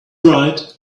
right